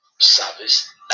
Service